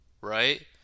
right